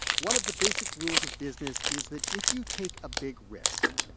one of the basic rules of business is that if you take a big risk,